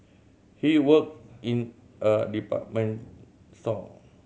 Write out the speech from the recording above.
he worked in a department store